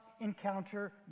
encounter